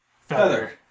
Feather